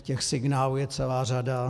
Těch signálů je celá řada.